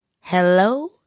Hello